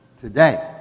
Today